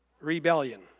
rebellion